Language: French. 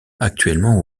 actuellement